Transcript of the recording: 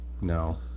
No